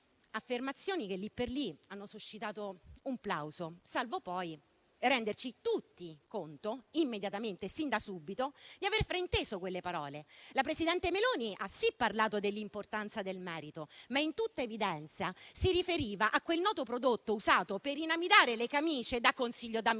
Affermazioni che, lì per lì, hanno suscitato un plauso, salvo poi renderci tutti conto immediatamente, sin da subito, di aver frainteso quelle parole. La presidente Meloni ha parlato dell'importanza del merito, ma in tutta evidenza si riferiva a quel noto prodotto usato per inamidare le camicie da consiglio di amministrazione,